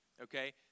okay